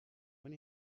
when